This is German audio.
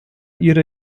ihre